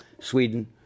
sweden